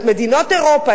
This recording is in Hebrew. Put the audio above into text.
מדינות אירופה,